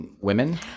women